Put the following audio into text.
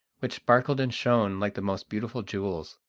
which sparkled and shone like the most beautiful jewels.